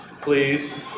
please